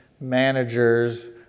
managers